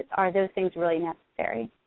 are those things really necessary?